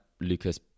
Lucas